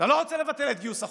אתה לא רוצה לבטל את גיוס החובה.